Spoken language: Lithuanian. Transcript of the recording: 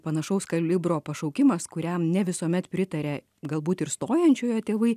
panašaus kalibro pašaukimas kuriam ne visuomet pritaria galbūt ir stojančiojo tėvai